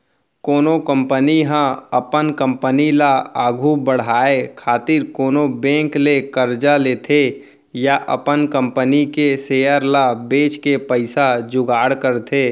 कोनो कंपनी ह अपन कंपनी ल आघु बड़हाय खातिर कोनो बेंक ले करजा लेथे या अपन कंपनी के सेयर ल बेंच के पइसा जुगाड़ करथे